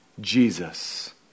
Jesus